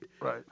right